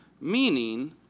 meaning